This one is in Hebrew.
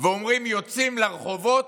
ואומרים "יוצאים לרחובות",